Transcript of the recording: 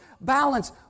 balance